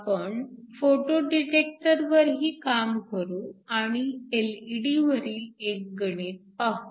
आपण photo detector वरही काम करू आणि एलइडी वरील एक गणित पाहू